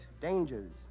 dangers